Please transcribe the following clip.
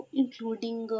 including